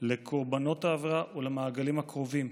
לקורבנות העבירה ולמעגלים הקרובים.